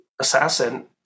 assassin